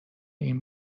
این